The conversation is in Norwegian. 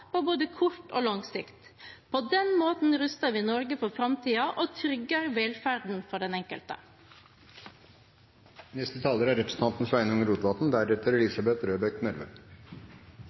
på både kort og lang sikt. På den måten ruster vi Norge for framtiden og trygger velferden for den enkelte. Det er